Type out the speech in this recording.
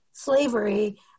slavery